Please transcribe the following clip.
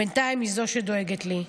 בינתיים היא זו שדואגת לי.